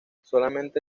solamente